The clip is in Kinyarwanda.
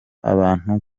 abantu